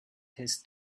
his